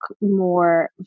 more